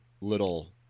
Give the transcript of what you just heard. little